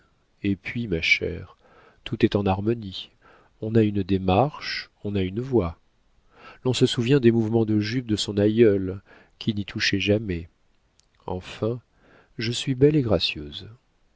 et puis ma chère tout est en harmonie on a une démarche on a une voix l'on se souvient des mouvements de jupe de son aïeule qui n'y touchait jamais enfin je suis belle et gracieuse